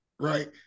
right